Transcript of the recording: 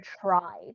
try